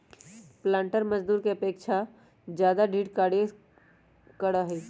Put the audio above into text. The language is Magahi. पालंटर मजदूर के अपेक्षा ज्यादा दृढ़ कार्य करा हई